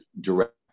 direct